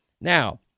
Now